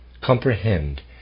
comprehend